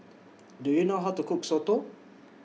Do YOU know How to Cook Soto